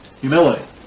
Humility